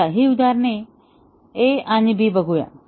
चला ही उदाहरणे A आणि B बघूया